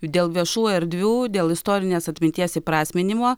dėl viešų erdvių dėl istorinės atminties įprasminimo